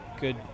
good